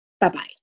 Bye-bye